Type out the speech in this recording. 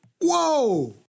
Whoa